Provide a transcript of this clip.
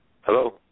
Hello